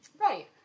Right